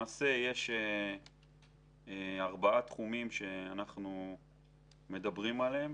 יש 4 תחומים שאנחנו מדברים עליהם.